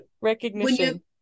Recognition